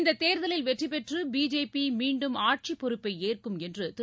இந்தத் தேர்தலில் வெற்றி பெற்று பிஜேபி மீண்டும் ஆட்சிப்பொறுப்பை ஏற்கும் என்று திரு